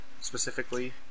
specifically